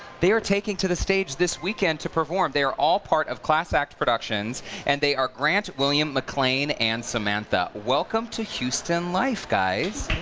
they are taking to the stage this weekend to perform. they are all part of class act productions and they have grant, william, mcclain and samantha. welcome to houston life, guys.